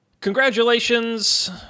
congratulations